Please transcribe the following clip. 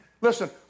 listen